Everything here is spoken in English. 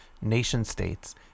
nation-states